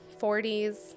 40s